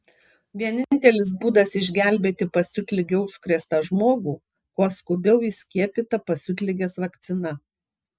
vienintelis būdas išgelbėti pasiutlige užkrėstą žmogų kuo skubiau įskiepyta pasiutligės vakcina